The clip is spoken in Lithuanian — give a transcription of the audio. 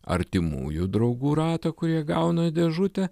artimųjų draugų ratą kurie gauna dėžutę